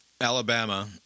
Alabama